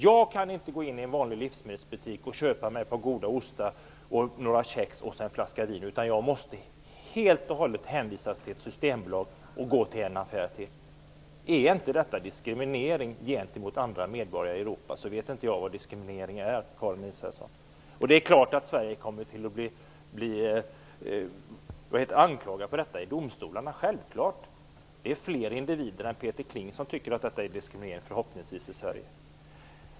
Jag kan inte i en vanlig livsmedelsbutik köpa förutom goda ostar och kex en flaska vin, utan jag hänvisas helt till Systembolaget och måste gå till den affären. Är inte detta diskriminering jämfört med andra medborgare i Europa, så vet inte jag vad diskriminering är, Karin Israelsson. Sverige kommer att anklagas för detta i domstolarna. Det är förhoppningsvis fler individer än Peter Kling i Sverige som tycker att detta är diskriminering.